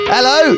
Hello